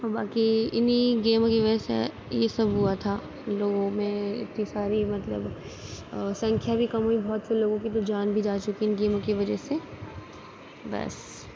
تو باقی اِنہی گیم کی وجہ سے یہ سب ہُوا تھا لوگوں میں اتنی ساری مطلب سنکھیاں بھی کم ہوئی بہت سے لوگوں کی تو جان بھی جا چُکی اِن گیموں کی وجہ سے بس